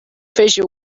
fissure